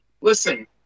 Listen